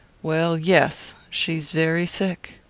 well, yes. she's very sick.